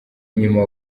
inyuma